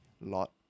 lot